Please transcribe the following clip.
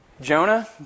Jonah